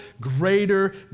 greater